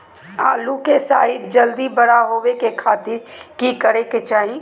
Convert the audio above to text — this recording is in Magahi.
आलू के साइज जल्दी बड़ा होबे के खातिर की करे के चाही?